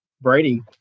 Brady